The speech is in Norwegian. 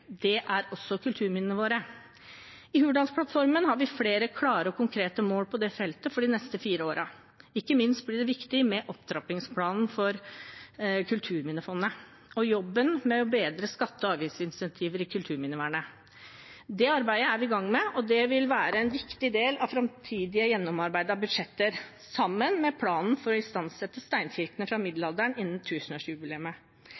Det er også kulturminnene våre. I Hurdalsplattformen har vi flere klare og konkrete mål på det feltet for de neste fire årene. Ikke minst blir det viktig med opptrappingsplanen for Kulturminnefondet og jobben med å bedre skatte- og avgiftsinsentiver i kulturminnevernet. Det arbeidet er vi i gang med, og det vil være en viktig del av framtidige gjennomarbeidede budsjetter, sammen med planen for å istandsette steinkirkene fra